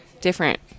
different